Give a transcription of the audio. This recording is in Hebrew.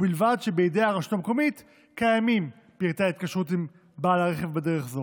ובלבד שבידי הרשות המקומית קיימים פרטי ההתקשרות עם בעל הרכב בדרך זו.